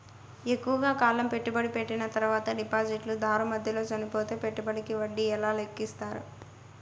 ఎక్కువగా కాలం పెట్టుబడి పెట్టిన తర్వాత డిపాజిట్లు దారు మధ్యలో చనిపోతే పెట్టుబడికి వడ్డీ ఎలా లెక్కిస్తారు?